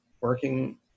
working